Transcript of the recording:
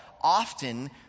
often